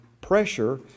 pressure